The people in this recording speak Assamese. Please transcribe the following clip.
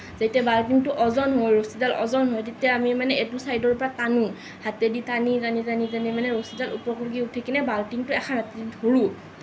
যেতিয়া বাল্টিংটো ওজন হয় ৰছীডাল ওজন হয় তেতিয়া আমি মানে এইটো চাইডৰ পৰা টানোঁ হাতেদি টানি টানি টানি মানে ৰছীডাল ওপৰলৈকে উঠিলে বাল্টিংটো এখান হাতে ধৰোঁ